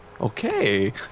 Okay